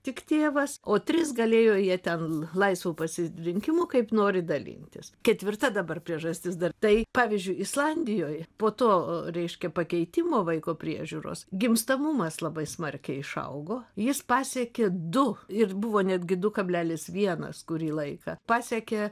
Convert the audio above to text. tik tėvas o tris galėjo jie ten laisvu pasirinkimu kaip nori dalintis ketvirta dabar priežastis dar tai pavyzdžiui islandijoj po to reiškia pakeitimo vaiko priežiūros gimstamumas labai smarkiai išaugo jis pasiekė du ir buvo netgi du kablelis vienas kurį laiką pasiekė